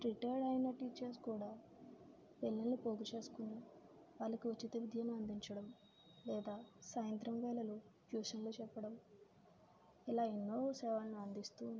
retired అయినా teachers కూడా పిల్లల్ని పోగు చేసుకుని వాళ్ళకు ఉచిత విద్యను అందించడం లేదా సాయంత్రం వేళలో ట్యూషన్లు చెప్పడం ఇలా ఎన్నో సేవలను అందిస్తూ ఉన్నారు